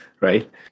right